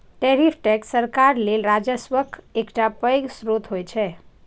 tariff tax सरकार लेल राजस्वक एकटा पैघ स्रोत होइ छै